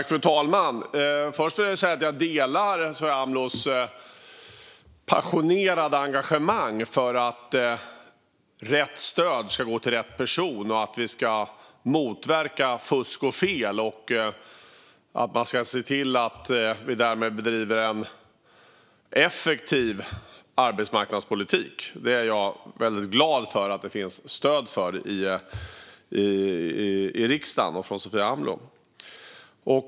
Fru talman! Först vill jag säga att jag delar Sofia Amlohs passionerade engagemang för att rätt stöd ska gå till rätt person. Vi ska motverka fusk och fel och se till att bedriva en effektiv arbetsmarknadspolitik. Det är jag väldigt glad att det finns stöd för från Sofia Amloh och i riksdagen.